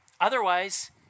Otherwise